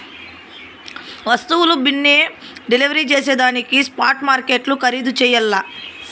వస్తువుల బిన్నే డెలివరీ జేసేదానికి స్పాట్ మార్కెట్లు ఖరీధు చెయ్యల్ల